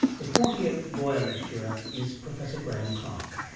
the forty eighth boyer lecturer is professor graeme clark.